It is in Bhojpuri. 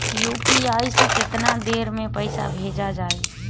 यू.पी.आई से केतना देर मे पईसा भेजा जाई?